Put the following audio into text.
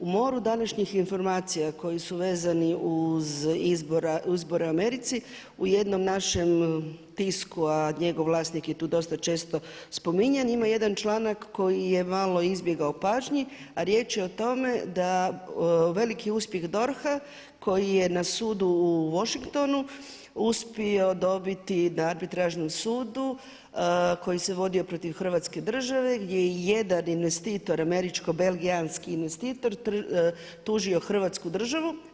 U moru današnjih informacija koje su vezane uz izbore u Americi u jednom našem tisku a njegov vlasnik je tu dosta često spominjan ima jedan članak koji je malo izbjegao pažnji a riječ je o tome da veliki uspjeh DORH-a koji je na sudu u Washingtonu uspio dobiti na arbitražnom sudu koji se vodio protiv Hrvatske države gdje jedan investitor, američko-belgijanski investitor tužio Hrvatsku državu.